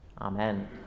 Amen